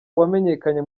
wamenyekanye